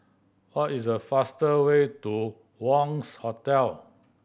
what is the faster way to Wangz Hotel